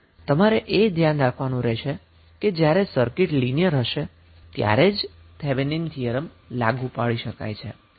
હવે તમારે એ ધ્યાન રાખવાનું રહેશે કે જ્યારે સર્કિટ લિનીયર હશે ત્યારે જ થેવેનિન થીયરમ લાગુ પાડી શકાય છે